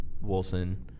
Wilson